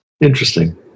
Interesting